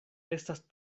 estas